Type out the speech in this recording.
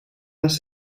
les